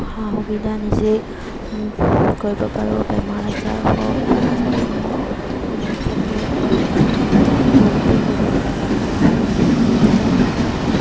সা সুবিধা নিজে কৰিব পাৰোঁ বেমাৰ আজাৰ হওক বা যিকোনো ক্ষেত্ৰই হওক আমি বহুতে কৰোঁ আৰু তেওঁলোকে